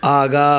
आगाँ